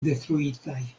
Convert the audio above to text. detruitaj